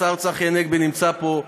השר צחי הנגבי נמצא פה,